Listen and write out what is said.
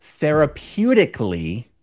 therapeutically